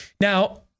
now